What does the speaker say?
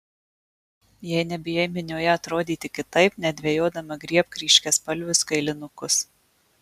jei nebijai minioje atrodyti kitaip nedvejodama griebk ryškiaspalvius kailinukus